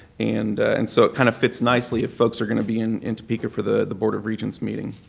and and so it kind of fits nicely if folks are going to be in in topeka for the the board of regents meeting.